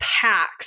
packs